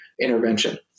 intervention